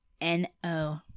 N-O-